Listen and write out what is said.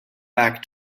back